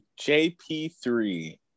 JP3